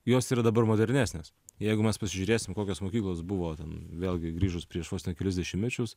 jos yra dabar modernesnės jeigu mes pasižiūrėsim kokios mokyklos buvo ten vėlgi grįžus prieš kelis dešimtmečius